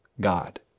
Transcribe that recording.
God